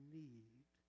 need